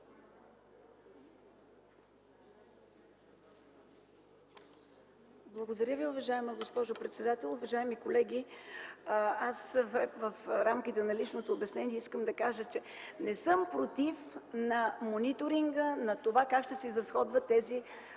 Благодаря, уважаема госпожо председател. Уважаеми колеги, в рамките на лично обяснение искам да кажа, че не съм против мониторинга за това как ще се изразходват тези